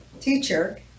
teacher